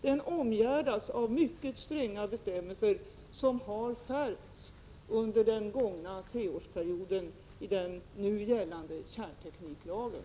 Den omgärdas av mycket stränga bestämmelser, som har skärpts under den gångna treårsperioden, i den nu gällande kärntekniklagen.